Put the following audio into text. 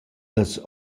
las